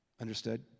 Understood